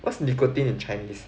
what's nicotine in chinese